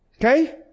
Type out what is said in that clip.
Okay